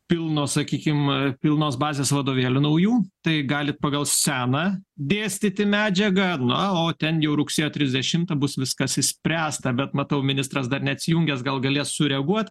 pilno sakykim pilnos bazės vadovėlių naujų tai galit pagal seną dėstyti medžiagą na o ten jau rugsėjo trisdešimtą bus viskas išspręsta bet matau ministras dar neatsijungęs gal galės sureaguoti